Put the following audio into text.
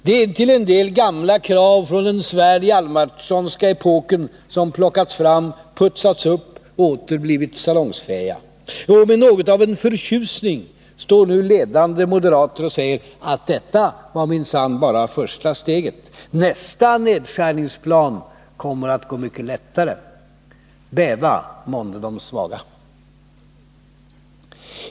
Det är till en del gamla krav från den Svärd-Hjalmarsonska epoken som plockats fram, putsats upp och åter blivit salongsfähiga. Med något av förtjusning står nu ledande moderater och säger att detta var minsann bara första stegen, nästa nedskärningsplan kommer att gå mycket lättare. Bäva månde de svaga.